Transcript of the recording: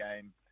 game